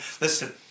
listen